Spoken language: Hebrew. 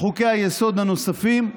חוקי-היסוד הנוספים.